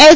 H